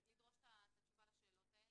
לדרוש את התשובות לשאלות האלה.